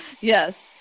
Yes